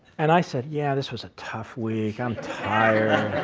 and i said, yeah this was a tough week, i'm tired,